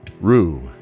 Rue